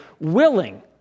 willing